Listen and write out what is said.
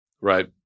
right